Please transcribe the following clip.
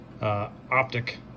Optic